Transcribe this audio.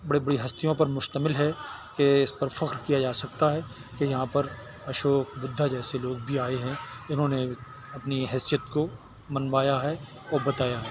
بڑی بڑی ہستیوں پر مشتمل ہے کہ اس پر فخر کیا جا سکتا ہے کہ یہاں پر اشوک بدھا جیسے لوگ بھی آئے ہیں انہوں نے اپنی حیثیت کو منوایا ہے اور بتایا ہے